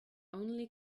only